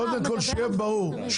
קודם כול, שיהיה ברור.